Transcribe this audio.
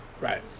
Right